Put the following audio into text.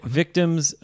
victims